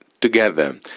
together